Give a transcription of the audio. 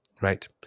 right